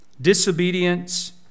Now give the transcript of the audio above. Disobedience